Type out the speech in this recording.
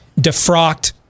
defrocked